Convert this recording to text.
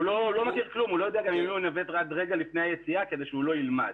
הוא לא יודע לנווט ומודיעים לו רק רגע לפני היציאה כדי שלא ילמד.